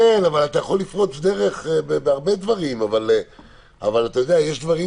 אתה יכול לפרוץ דרך בהרבה דברים, אבל יש דברים